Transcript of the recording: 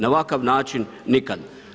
Na ovakav način, nikad.